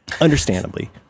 Understandably